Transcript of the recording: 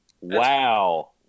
Wow